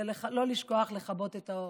לא לשכוח לכבות את האור.